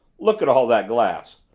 look at all that glass.